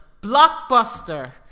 blockbuster